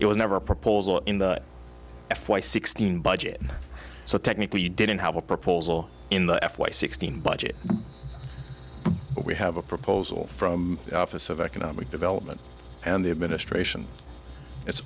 it was never a proposal in the f y sixteen budget so technically you didn't have a proposal in the f y sixteen budget but we have a proposal from office of economic development and the administration i